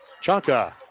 Chaka